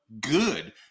good